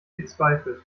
gezweifelt